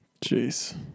Jeez